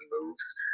moves